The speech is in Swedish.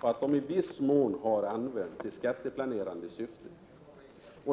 nämligen att de i viss mån har använts i skatteplaneringssyfte.